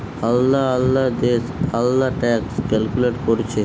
আলদা আলদা দেশ আলদা ট্যাক্স ক্যালকুলেট কোরছে